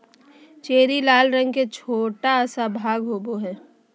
cherry लाल रंग के छोटा सा फल होबो हइ